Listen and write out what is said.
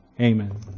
Amen